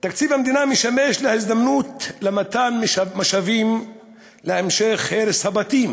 תקציב המדינה משמש הזדמנות למתן משאבים להמשך הרס הבתים